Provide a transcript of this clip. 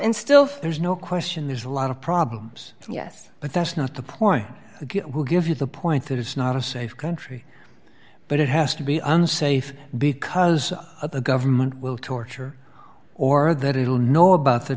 instill fear is no question there's a lot of problems yes but that's not the point give you the point that it's not a safe country but it has to be unsafe because of the government will torture or that it will know about the